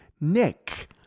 Nick